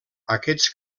aquests